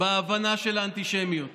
בהבנה של האנטישמיות.